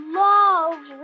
love